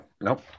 nope